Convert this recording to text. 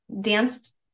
danced